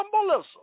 symbolism